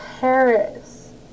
Paris